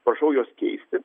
prašau juos keisti